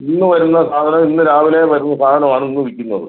ഇന്ന് വരുന്ന സാധനം ഇന്ന് രാവിലെ വരുന്ന സാധനം ആണ് ഇന്ന് വിൽക്കുന്നത്